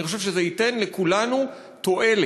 אני חושב שזה ייתן לכולנו תועלת,